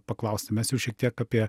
paklausti mes jau šiek tiek apie